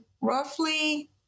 roughly